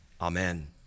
Amen